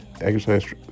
Exercise